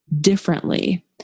differently